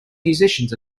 musicians